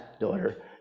daughter